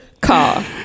car